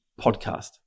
podcast